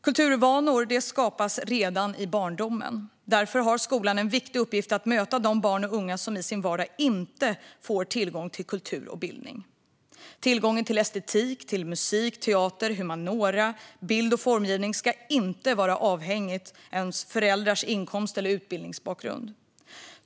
Kulturvanor skapas redan i barndomen. Därför har skolan en viktig uppgift att möta de barn och unga som i sin vardag inte får tillgång till kultur och bildning. Tillgången till estetik, musik, teater, humaniora, bild och formgivning ska inte vara avhängigt ens föräldrars inkomst eller utbildningsbakgrund.